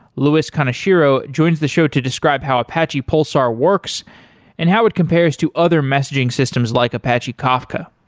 lewis kaneshiro joins the show to describe how apache pulsar works and how it compares to other messaging systems like apache kafka.